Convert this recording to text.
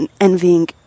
envying